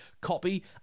copy